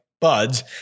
buds